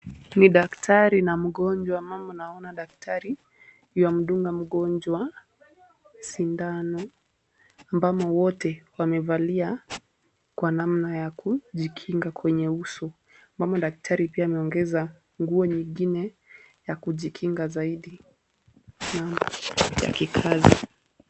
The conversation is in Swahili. Ni daktari na mgonjwa ambamo naona daktari ywa mdunga mgonjwa sindano. Ambamo wote wamevalia kwa namna ya kujikinga kwenye uso. Ambamo daktari pia ameongeza nguo nyingine ya kujikinga zaidi namna ya kikazi.